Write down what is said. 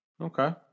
Okay